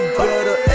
better